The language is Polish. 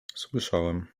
słyszałem